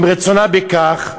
אם רצונה בכך,